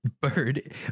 bird